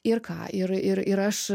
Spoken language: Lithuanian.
ir ką ir ir ir aš